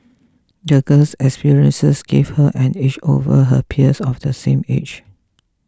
the girl's experiences gave her an edge over her peers of the same age